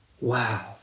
Wow